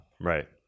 Right